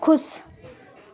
खुश